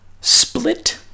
Split